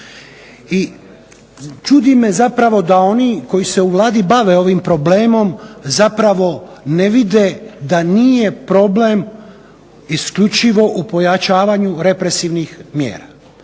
I čudi me zapravo da oni koji se u Vladi bave ovim problemom zapravo ne vide da nije problem isključivo u pojačavanju represivnih mjera